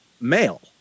male